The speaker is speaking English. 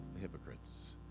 hypocrites